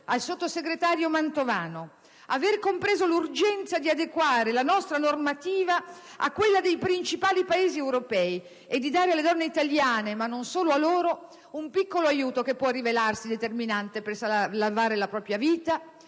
al sottosegretario Mantovano, l'aver compreso l'urgenza di adeguare la nostra normativa a quella dei principali Paesi europei e di dare alle donne italiane, ma non solo a loro, un piccolo aiuto che può rilevarsi determinante per salvare la propria vita,